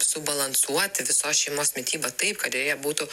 subalansuoti visos šeimos mitybą taip kad joje būtų